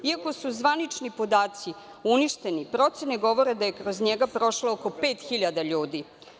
Iako su zvanični podaci uništeni, procene govore da je kroz njega prošlo oko 5.000 ljudi.